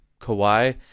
Kawhi